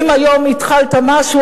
אם היום התחלת משהו,